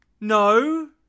No